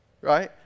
right